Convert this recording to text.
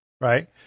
right